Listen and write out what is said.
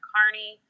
Carney